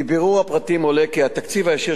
מבירור הפרטים עולה כי התקציב הישיר